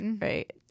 right